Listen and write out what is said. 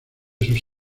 sus